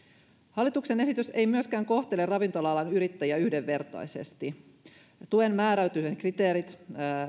hallituksen esitys ei myöskään kohtele ravintola alan yrittäjiä yhdenvertaisesti tuen määräytymisen kriteerit